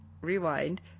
rewind